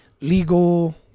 legal